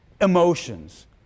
emotions